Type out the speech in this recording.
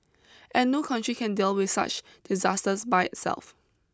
and no country can deal with such disasters by itself